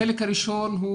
החלק הראשון,